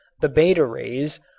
the beta rays,